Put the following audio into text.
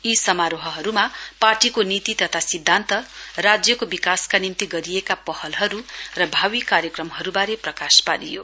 यी समारोहहरूमा पार्टीको नीति तथा सिद्धान्त राज्यको विकासका निम्ति गरिएका पहलहरू र भावी कार्यक्रमहरूबारे प्रकाश पारियो